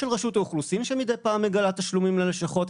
של רשות האוכלוסין שמדי פעם מגלה תשלומים ללשכות.